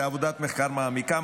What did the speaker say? ועבודת מחקר מעמיקה,